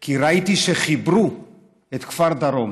כי ראיתי שחיברו את כפר דרום